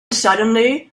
suddenly